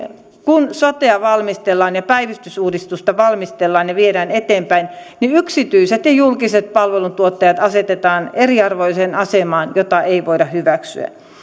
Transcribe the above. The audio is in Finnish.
kun sotea valmistellaan ja päivystysuudistusta valmistellaan ja viedään eteenpäin yksityiset ja julkiset palveluntuottajat asetetaan eriarvoiseen asemaan mitä ei voida hyväksyä